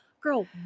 girl